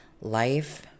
Life